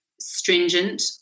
stringent